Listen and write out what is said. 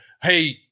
hey